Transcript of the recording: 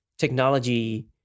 technology